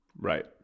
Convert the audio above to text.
Right